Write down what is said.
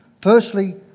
Firstly